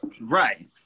Right